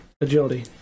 Agility